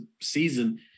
season